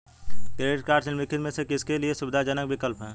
Credit cards निम्नलिखित में से किसके लिए सुविधाजनक विकल्प हैं?